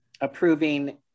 approving